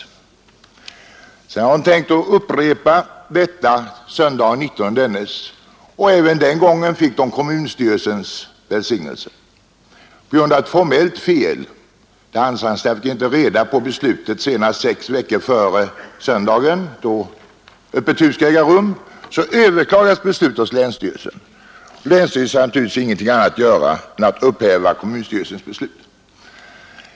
Affärsmännen hade tänkt upprepa detta söndagen den 19 dennes, och även den gången fick de kommunstyrelsens välsignelse. På grund av ett formellt fel — de handelsanställda fick inte reda på beslutet senast sex veckor före ifrågavarande söndag — överklagades beslutet hos länsstyrelsen. Denna hade naturligtvis ingenting annat att göra än att upphäva kommunstyrelsen beslut.